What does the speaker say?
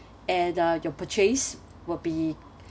and uh your purchase will be